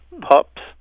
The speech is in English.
pups